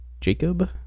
Jacob